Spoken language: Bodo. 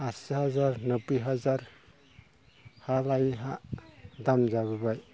आसि हाजार नब्बै हाजार हा लायै हा दाम जाबोबाय